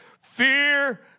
fear